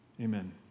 Amen